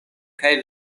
kaj